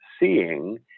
seeing